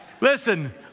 Listen